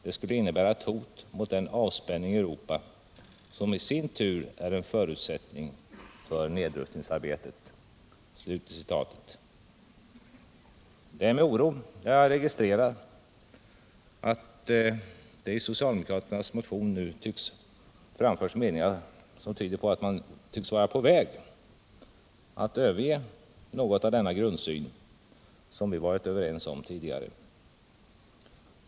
Det skulle innebära ett hot mot den avspänning i Europa som i sin tur är en förutsättning för nedrustningsarbetet.” Det är med oro jag registrerar att socialdemokraternas motion tyder på att man tycks vara på väg att överge något av denna grundsyn, som vi varit överens om tidigare.